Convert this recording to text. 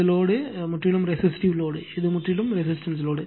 இந்த லோடு முற்றிலும் resistive load இது முற்றிலும் ரெசிஸ்டன்ஸ் லோடு